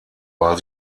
war